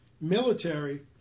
military